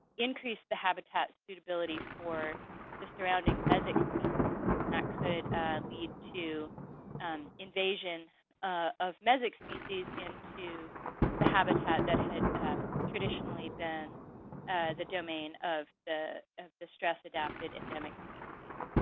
increase the habitat suitability for the surrounding mesic species, and that could lead to and invasion of mesic species into the habitat that had traditionally been the domain of the the stress adapted endemic species.